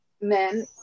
men